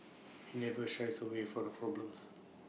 he never shies away for the problems